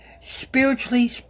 Spiritually